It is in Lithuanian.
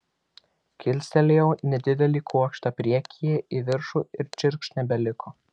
kilstelėjau nedidelį kuokštą priekyje į viršų ir čirkšt nebeliko